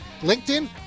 LinkedIn